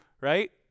right